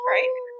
Right